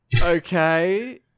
Okay